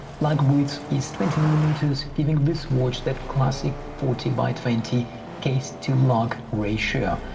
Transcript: lug width is twenty millimeters giving this watch that classic forty by twenty case to lug ratio.